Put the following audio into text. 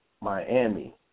Miami